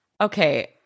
Okay